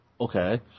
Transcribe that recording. Okay